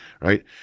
right